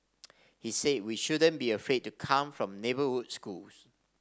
he said we shouldn't be afraid to come from neighbourhood schools